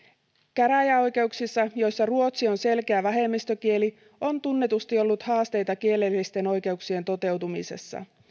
käräjäoikeuksissa joissa ruotsi on selkeä vähemmistökieli on tunnetusti ollut haasteita kielellisten oikeuksien toteutumisessa